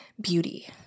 beauty